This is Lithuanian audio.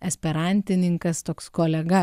esperantininkas toks kolega